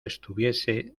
estuviese